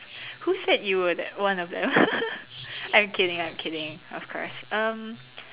who said you were that one of them I'm kidding I'm kidding of course um